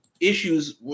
issues